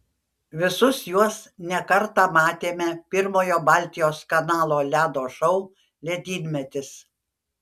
visus juos ne kartą matėme pirmojo baltijos kanalo ledo šou ledynmetis